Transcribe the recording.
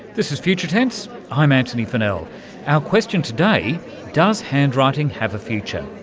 this is future tense, i'm antony funnell, our question today does handwriting have a future?